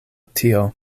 tio